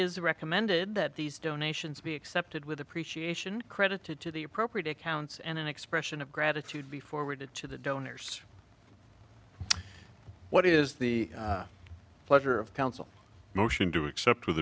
is recommended that these donations be accepted with appreciation credited to the appropriate accounts and an expression of gratitude be forwarded to the donors what is the pleasure of counsel motion to accept with